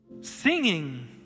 Singing